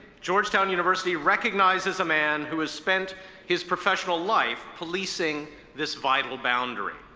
georgetown university recognizes a man who has spent his professional life policing this vital boundary.